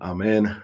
Amen